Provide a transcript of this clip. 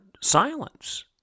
Silence